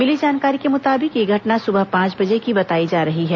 मिली जानकारी के मुताबिक यह घटना सुबह पांच बजे की बताई जा रही है